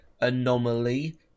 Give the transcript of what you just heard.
anomaly